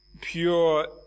pure